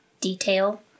detail